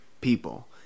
people